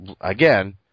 again